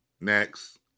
next